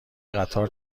قطار